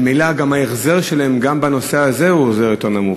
ממילא ההחזר שלהם גם בנושא הזה הוא החזר יותר נמוך,